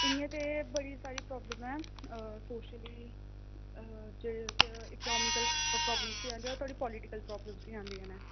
इं'या ते बड़ी सारी प्रॉब्लम ऐं कुछ बी जेह्ड़े क इकोनॉमिकल प्रॉब्लमस बी है'न ते थोह्ड़ी पॉलीटिकल प्रॉब्लमस बी है'न